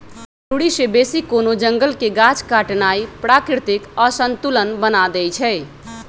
जरूरी से बेशी कोनो जंगल के गाछ काटनाइ प्राकृतिक असंतुलन बना देइछइ